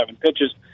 pitches